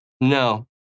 No